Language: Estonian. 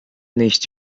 neist